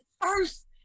first